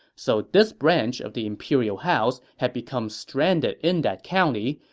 so this branch of the imperial house had become stranded in that county,